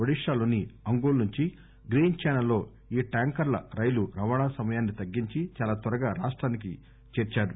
ఒడిశాలోని అంగుల్ నుంచి గ్రీన్ ఛాసెల్ లో ఈ ట్యాంకర్ల రైలు రవాణా సమయాన్ని తగ్గించి చాలా త్వరగా రాష్టానికి వచ్చింది